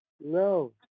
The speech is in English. No